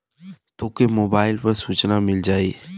तोके मोबाइल पर सूचना मिल जाई